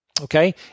okay